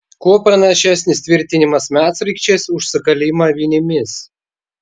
kuo pranašesnis tvirtinimas medsraigčiais už sukalimą vinimis